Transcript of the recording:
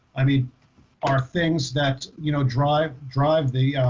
i mean are things that you know drive drive the